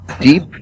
Deep